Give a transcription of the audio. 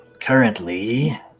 Currently